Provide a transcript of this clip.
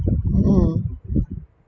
mm